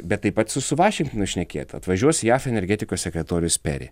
bet taip pat su su vašingtonu šnekėt atvažiuos jav energetikos sekretorius peri